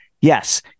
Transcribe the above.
Yes